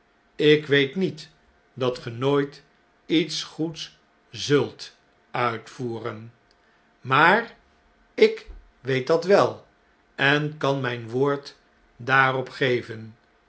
lk weet niet dat ge nooit iets goeds zult uitvoeren maar ik weet dat wel en kan myn woord daarop geven